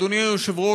אדוני היושב-ראש,